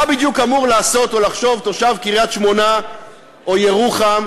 מה בדיוק אמור לעשות או לחשוב תושב קריית-שמונה או ירוחם,